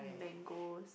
mangoes